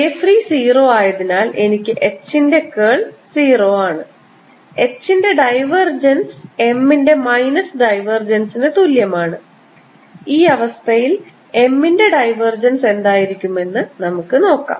J free 0 ആയതിനാൽ എനിക്ക് H ന്റെ കേൾ 0 ആണ് H ന്റെ ഡൈവർജൻസ് M ന്റെ മൈനസ് ഡൈവേർജൻസിന് തുല്യമാണ് ഈ അവസ്ഥയിൽ M ന്റെ ഡൈവർജൻസ് എന്തായിരിക്കുമെന്ന് നമുക്ക് നോക്കാം